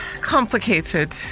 complicated